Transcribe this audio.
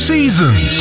Seasons